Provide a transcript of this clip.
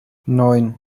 neun